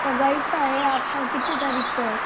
सगाई कहाँ है आपका कितने तारिख को है